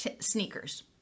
sneakers